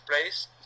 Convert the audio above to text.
place